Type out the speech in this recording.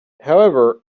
however